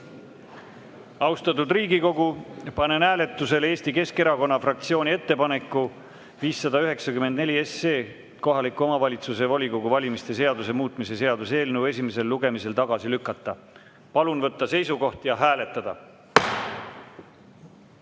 Austatud Riigikogu, panen hääletusele Eesti Keskerakonna fraktsiooni ettepaneku 594 SE, kohaliku omavalitsuse volikogu valimise seaduse muutmise seaduse eelnõu esimesel lugemisel tagasi lükata. Palun võtta seisukoht ja hääletada!